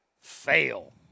Fail